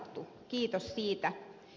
kiitos siitä